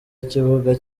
ikibuga